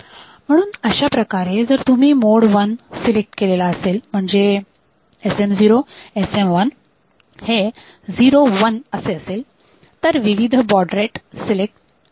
म्हणून अशाप्रकारे जर तुम्ही मोड वन सिलेक्ट केलेला असेल म्हणजे SM0 SM1 हे 01 असे असेल तर विविध बॉड रेट्स सिलेक्ट करता येतात